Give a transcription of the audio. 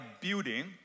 building